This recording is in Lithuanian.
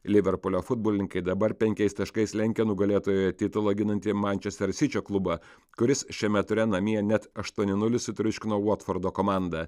liverpulio futbolininkai dabar penkiais taškais lenkia nugalėtojo titulą ginantį manchester sičio klubą kuris šiame ture namie net aštuoni nulis sutriuškino votfordo komandą